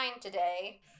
today